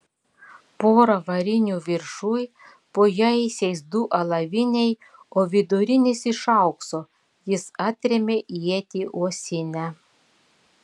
pora varinių viršuj po jaisiais du alaviniai o vidurinis iš aukso jis atrėmė ietį uosinę